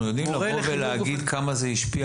אנחנו יודעים לבוא ולהגיד כמה זה השפיע